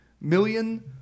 million